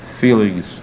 feelings